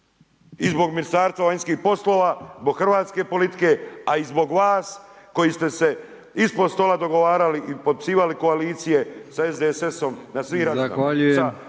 I zbog Ministarstva vanjskih poslova, zbog hrvatske politike, a i zbog vas koji ste se ispod stola dogovarali i potpisivali koalicije sa SDSS-om na svim razinama.